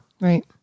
Right